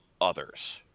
Others